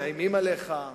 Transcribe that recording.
מאיימים עליך,